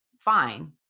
fine